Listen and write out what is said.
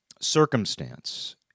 circumstance